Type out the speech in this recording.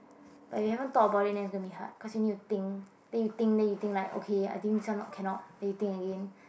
but you haven't talk about it to me hard question you think then you think then you think like okay I think this one no cannot then you think again